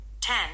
Ten